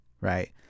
Right